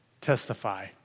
Testify